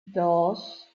dos